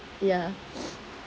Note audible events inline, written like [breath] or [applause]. ya [breath]